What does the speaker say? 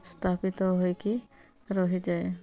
ସ୍ଥାପିତ ହୋଇକି ରହିଯାଏ